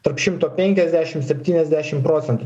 tarp šimto penkiasdešim septyniasdešim procentų